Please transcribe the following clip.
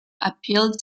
appealed